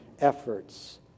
efforts